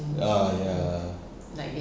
ah ya